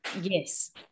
yes